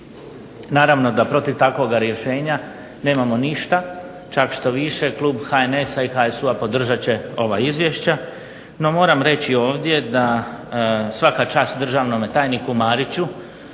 Naravno da protiv takvoga rješenja nemamo ništa, čak štoviše klub HNS-a i HSU-a podržat će ova izvješća, no moram reći ovdje da svaka čast državnome tajniku Mariću,